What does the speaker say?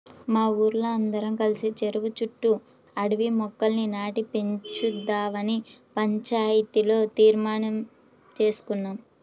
మా ఊరోల్లందరం కలిసి చెరువు చుట్టూ అడవి మొక్కల్ని నాటి పెంచుదావని పంచాయతీలో తీర్మానించేసుకున్నాం